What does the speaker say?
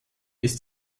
ist